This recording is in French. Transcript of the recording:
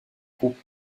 groupe